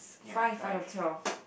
five out of twelve